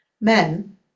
Men